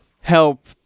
help